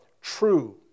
true